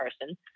person